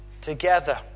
together